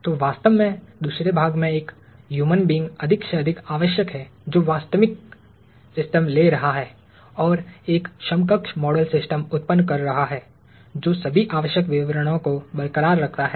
तो वास्तव में दूसरे भाग में एक ह्यूमन बीइंग अधिक से अधिक आवश्यक है जो एक वास्तविक सिस्टम ले रहा है और एक समकक्ष मॉडल सिस्टम उत्तपन्न कर रहा है जो सभी आवश्यक विवरणों को बरकरार रखता है